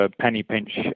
penny-pinch